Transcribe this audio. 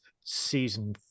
season